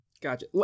Gotcha